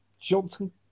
Johnson